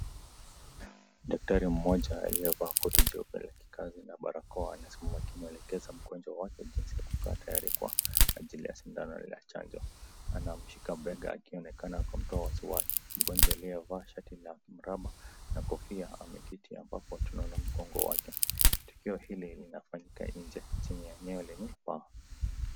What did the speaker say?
Daktari mmoja aliyevaa koti jeupe la kikazi na barakoa, anasimama akimwelekeza mgonjwa wake jinsi ya kukaa tayari kwa ajili ya sindano la chanjo, anamshika bega akionekana kumtoa wasi wasi ,mgonjwa aliyevaa shati la mraba na kofia ameketi hapa kwa tunaona mgongo wake, tukio hili linafanyika nje chini ya eneo lenye paa.